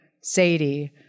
Sadie